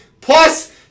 Plus